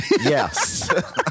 Yes